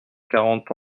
quarante